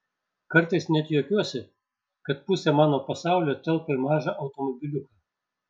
kartais net juokiuosi kad pusė mano pasaulio telpa į mažą automobiliuką